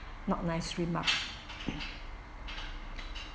not nice remark